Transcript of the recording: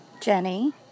Jenny